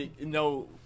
no